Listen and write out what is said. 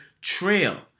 trail